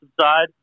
side